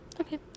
Okay